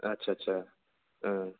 आदसा आदसा